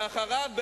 ואחריו,